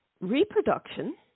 reproduction